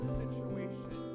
situation